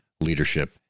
leadership